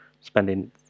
spending